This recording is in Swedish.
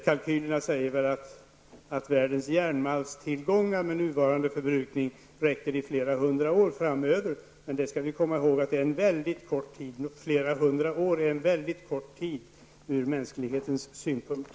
Kalkylerna visar att världens järnmalmstillgångar med nuvarande förbrukning räcker i flera hundra år framöver. Vi måste då komma ihåg att flera hundra år är en mycket kort tid från mänsklighetens synpunkt.